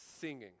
singing